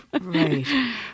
Right